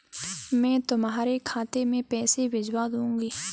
मैं तुम्हारे खाते में पैसे भिजवा दूँगी